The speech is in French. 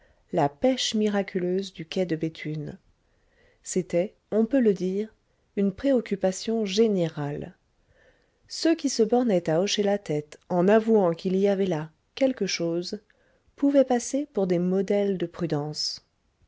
la pêche miraculeuse du quai de béthune c'était on peut le dire une préoccupation générale ceux qui se bornaient à hocher la tête en avouant qu'il y avait là quelque chose pouvaient passer pour des modèles de prudence